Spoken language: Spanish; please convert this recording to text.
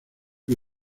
que